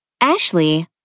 Ashley